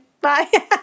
Bye